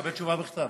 יקבל תשובה בכתב.